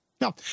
No